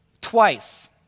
Twice